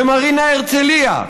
במרינה הרצליה,